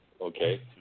Okay